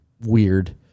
weird